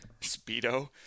Speedo